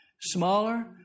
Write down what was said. smaller